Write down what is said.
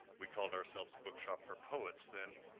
we called ourselves, the bookshop for poets then,